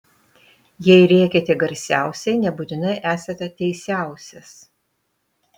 jei rėkiate garsiausiai nebūtinai esate teisiausias